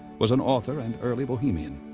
was an author and early bohemian.